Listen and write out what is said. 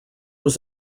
was